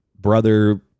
brother